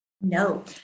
No